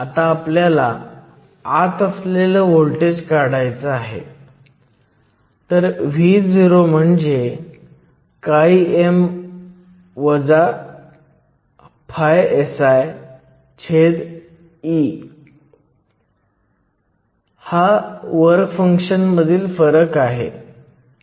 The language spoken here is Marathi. तर Vo ही बिल्ट इन पोटेन्शियल आहे किंवा इक्विलिब्रियम दरम्यान बॅरियर आहे जेव्हा तुम्ही एक्स्टर्नल पोटेन्शियल लागू करता तेव्हा बॅरियर Vo Vexternal असतो जेव्हा बॅरियर खाली जातो तो मुळात मायनॉरिटी कॅरियर्स जंक्शन ओलांडून फिरत असतात